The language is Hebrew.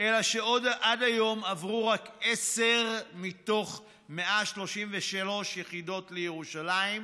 אלא שעד היום עברו רק עשר מתוך 133 יחידות לירושלים,